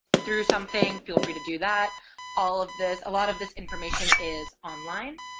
through something feel free to do that all of this a lot of this information is online